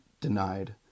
denied